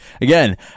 Again